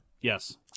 Yes